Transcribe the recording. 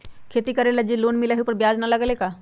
खेती करे ला लोन मिलहई जे में ब्याज न लगेला का?